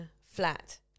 Flat